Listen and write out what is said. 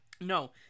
no